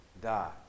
die